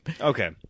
okay